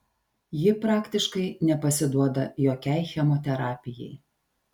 ji praktiškai nepasiduoda jokiai chemoterapijai